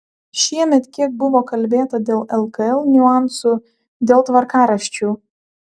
šiemet kiek buvo kalbėta dėl lkl niuansų dėl tvarkaraščių